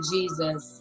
Jesus